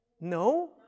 No